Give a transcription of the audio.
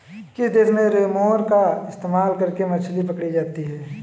किस देश में रेमोरा का इस्तेमाल करके मछली पकड़ी जाती थी?